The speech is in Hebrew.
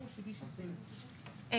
או.